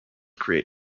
create